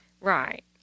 Right